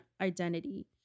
identity